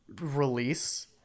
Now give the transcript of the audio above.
release